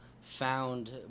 found